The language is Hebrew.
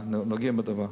הנוגעים בדבר,